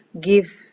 give